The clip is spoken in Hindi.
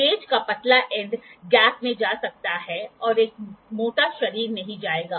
गेज का पतला एंड गैप में जा सकता है और एक मोटा शरीर नहीं जाएगा